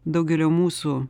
daugelio mūsų